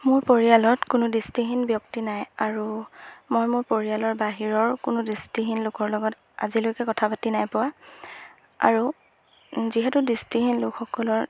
মোৰ পৰিয়ালত কোনো দৃষ্টিহীন ব্যক্তি নাই আৰু মই মোৰ পৰিয়ালৰ বাহিৰৰ কোনো দৃষ্টিহীন লোকৰ লগত আজিলৈকে কথা পাতি নাই পোৱা আৰু যিহেতু দৃষ্টিহীন লোকসকলৰ